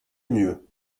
mieux